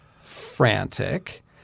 frantic